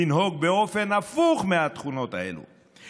לנהוג באופן הפוך מהתכונות האלה,